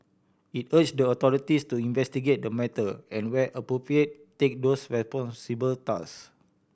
it urged the authorities to investigate the matter and where appropriate take those responsible to task